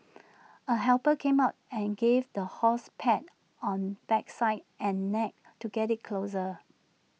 A helper came out and gave the horse pats on backside and neck to get IT closer